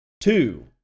two